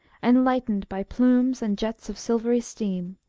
and lightened by plumes and jets of silvery steam,